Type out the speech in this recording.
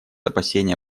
опасения